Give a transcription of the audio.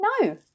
no